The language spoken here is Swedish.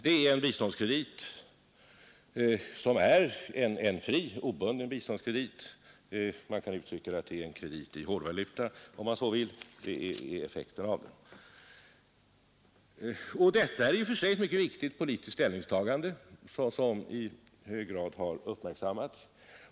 Vi lämnar fria och obundna biståndskrediter — man kan uttrycka det så att det är krediter i hårdvaluta. Detta är ett mycket viktigt politiskt ställningstagande, som i hög grad har uppmärksammats.